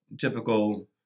typical